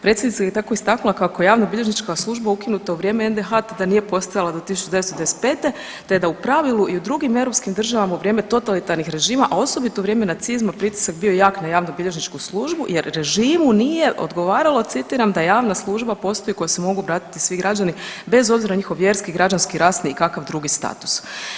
Predsjednica je tako istaknula kako je javnobilježnička služba ukinuta u vrijeme NDH te da nije postojala do 1995. te da u pravilu i u drugim europskim državama u vrijeme totalitarnih režimo, a osobito u vrijeme nacizma, pritisak bio jak na javnobilježničku službu jer režimu nije odgovaralo, citiram, da javna služba postoji u koju se mogu obratiti svi građani bez obzira na njihov vjerski, građanski, rasni i kakav drugi status.